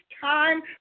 time